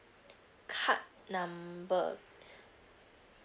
card number